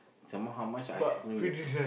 some more how much ice-cream you got